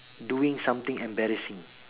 doing something embarrassing